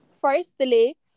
firstly